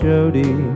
Jody